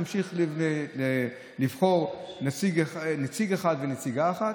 הכנסת תמשיך לבחור נציג אחד ונציגה אחת,